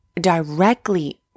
directly